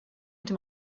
into